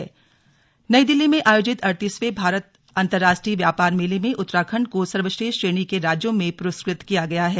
slug Uttarakhand प्रस्कृत नई दिल्ली में आर्योजित अड़तीसवें भारत अंतर्राष्ट्रीय व्यापार मेले में उत्तराखण्ड को सर्वश्रेष्ठ श्रेणी के राज्यों में पुरस्कृत किया गया है